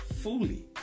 fully